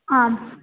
आम्